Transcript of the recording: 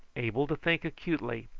able to think acutely,